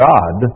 God